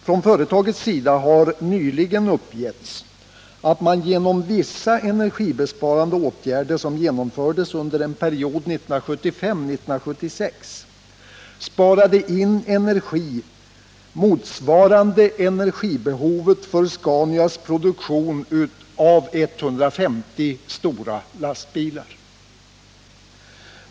Från företagets sida har nyligen uppgetts att man genom vissa energibesparande åtgärder, som genomfördes under en period 1975-1976, sparade in energi motsvarande energibehovet för Saab-Scanias produktion av 150 stora lastbilar.